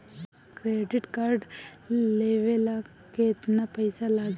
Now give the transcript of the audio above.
Credit card लेवे ला केतना पइसा लागी?